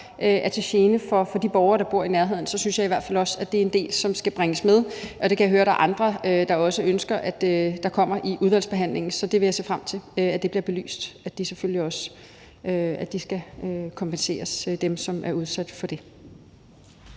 er til gene for de borgere, der bor i nærheden, synes jeg i hvert fald også, at det er en del, som skal bringes med, og jeg kan høre, at der er andre, der også ønsker, at det kommer med i udvalgsbehandlingen. Så jeg vil se frem til, at det bliver belyst, at dem, som er udsat for det, også skal kompenseres. Kl. 16:41 Den fg.